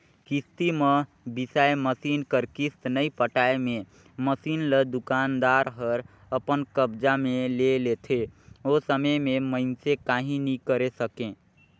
किस्ती म बिसाए मसीन कर किस्त नइ पटाए मे मसीन ल दुकानदार हर अपन कब्जा मे ले लेथे ओ समे में मइनसे काहीं नी करे सकें